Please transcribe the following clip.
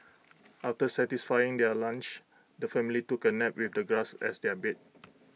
after satisfying their lunch the family took A nap with the grass as their bed